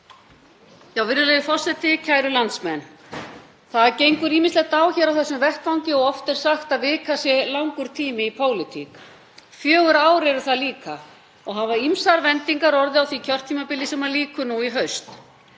Virðulegur forseti. Kæru landsmenn. Það gengur ýmislegt á hér á þessum vettvangi og oft er sagt að vika sé langur tími í pólitík. Fjögur ár eru það líka og hafa ýmsar vendingar orðið á því kjörtímabili sem lýkur nú í haust.